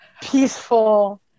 peaceful